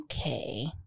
Okay